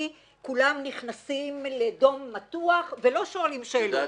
כולם נכנסים לדום מתוח ולא שואלים שאלות.